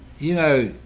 you know,